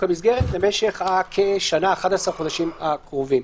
המסגרת למשך שנה או ה-11 החודשים הקרובים.